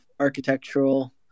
architectural